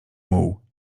muł